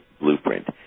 blueprint